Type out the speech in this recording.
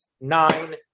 nine